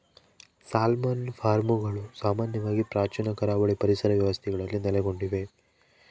salmon ಫಾರ್ಮ್ಗಳು ಸಾಮಾನ್ಯವಾಗಿ ಪ್ರಾಚೀನ ಕರಾವಳಿ ಪರಿಸರ ವ್ಯವಸ್ಥೆಗಳಲ್ಲಿ ನೆಲೆಗೊಂಡಿವೆ